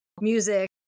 music